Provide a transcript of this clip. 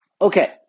Okay